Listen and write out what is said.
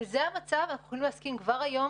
אם זה המצב אנחנו יכולים להסכים כבר היום